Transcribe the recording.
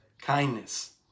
kindness